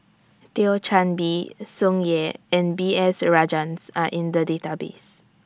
Thio Chan Bee Tsung Yeh and B S Rajhans Are in The Database